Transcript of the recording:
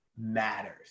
matters